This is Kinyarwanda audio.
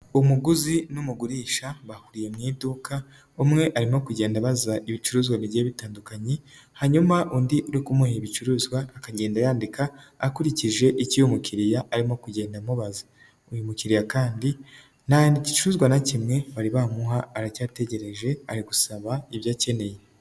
Umuguzi n'umugurisha bahuriye mu iduka umwe arimo kugenda aba ibicuruzwa bigiye bitandukanye, hanyuma undi uri kumuha ibicuruzwa akagenda yandika akurikije icyo uyu mukiriya arimo kugenda amubaza. Uyu mukiriya kandi nta gicuruzwa na kimwe bari bamuha aracyategereje, ari gusaba ibyo akeneye.